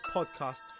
Podcast